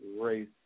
race